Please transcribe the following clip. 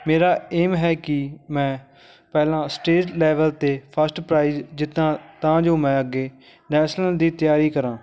ਮੇਰਾ ਏਮ ਹੈ ਕਿ ਮੈਂ ਪਹਿਲਾਂ ਸਟੇਟ ਲੈਵਲ 'ਤੇ ਫਸਟ ਪ੍ਰਾਈਜ ਜਿੱਤਾਂ ਤਾਂ ਜੋ ਮੈਂ ਅੱਗੇ ਨੈਸ਼ਨਲ ਦੀ ਤਿਆਰੀ ਕਰਾਂ